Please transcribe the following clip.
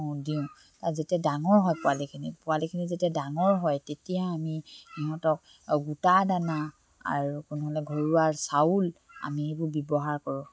দিওঁ তাত যেতিয়া ডাঙৰ হয় পোৱালিখিনি পোৱালিখিনি যেতিয়া ডাঙৰ হয় তেতিয়া আমি সিহঁতক গোটা দানা আৰু নহ'লে ঘৰুৱা চাউল আমি সেইবোৰ ব্যৱহাৰ কৰোঁ